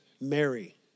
Mary